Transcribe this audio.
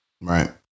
right